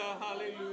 Hallelujah